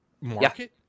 market